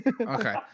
Okay